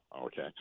Okay